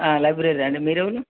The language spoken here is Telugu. లైబ్రరీ అండి మీరు ఎవరు